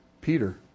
Peter